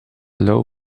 low